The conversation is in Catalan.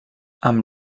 amb